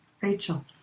Rachel